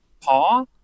Paw